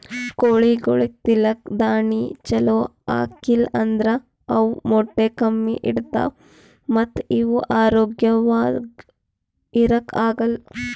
ಕೋಳಿಗೊಳಿಗ್ ತಿಲ್ಲಕ್ ದಾಣಿ ಛಲೋ ಹಾಕಿಲ್ ಅಂದ್ರ ಅವ್ ಮೊಟ್ಟೆ ಕಮ್ಮಿ ಇಡ್ತಾವ ಮತ್ತ್ ಅವ್ ಆರೋಗ್ಯವಾಗ್ ಇರಾಕ್ ಆಗಲ್